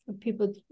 people